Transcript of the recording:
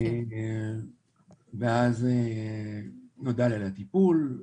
ואז נודע לי על הטיפול.